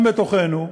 גם בתוכנו,